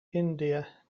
india